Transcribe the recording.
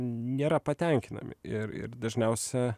nėra patenkinami ir ir dažniausia